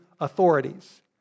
authorities